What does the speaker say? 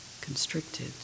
constricted